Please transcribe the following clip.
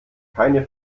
keine